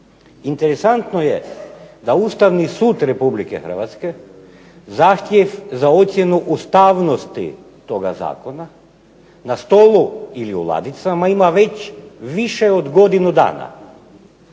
Interesantno je da Ustavni sud Republike Hrvatske zahtjev za ocjenu ustavnosti toga zakona na stolu ili u ladicama ima već više od godinu dana